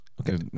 Okay